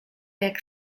jak